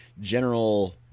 general